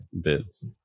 bids